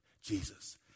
Jesus